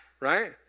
right